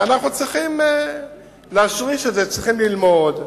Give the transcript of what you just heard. ואנחנו צריכים להשריש את זה, צריכים ללמוד,